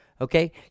Okay